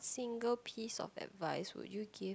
single piece of advice would you give